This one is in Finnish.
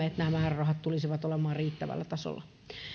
että nämä määrärahat tulisivat olemaan riittävällä tasolla